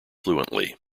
fluently